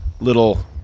little